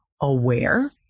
aware